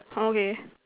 okay